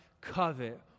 covet